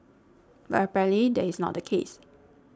but apparently that is not the case